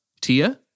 Tia